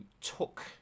took